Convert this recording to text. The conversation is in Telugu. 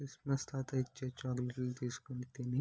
క్రిస్మస్ తాతయ్య ఇచ్చే చాక్లెట్లు తీసుకొని తిని